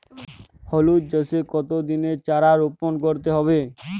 হলুদ চাষে কত দিনের চারা রোপন করতে হবে?